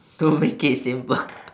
to make it simple